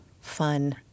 fun